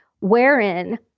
wherein